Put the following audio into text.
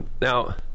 now